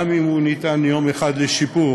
גם אם הוא ניתן יום אחד לשיפור,